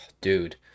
Dude